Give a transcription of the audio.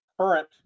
current